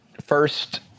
First